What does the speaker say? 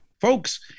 folks